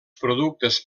productes